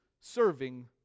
serving